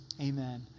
amen